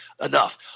enough